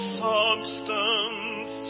substance